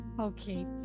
Okay